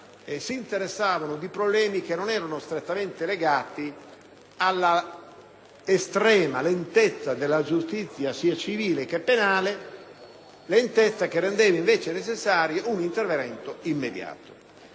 si interessa di problemi non strettamente legati all'estrema lentezza della giustizia sia civile che penale, lentezza che rende invece necessario un intervento immediato.